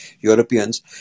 Europeans